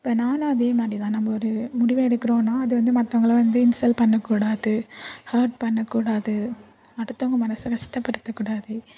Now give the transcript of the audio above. இப்போ நானும் அதே மாதிரி தான் நம்ம ஒரு முடிவு எடுக்கிறோனா அதுவந்து மற்றவங்களை வந்து இன்சல் பண்ணக்கூடாது ஹெர்ட் பண்ணக்கூடாது அடுத்தவங்க மனதை கஷ்டப்படுத்தக்கூடாது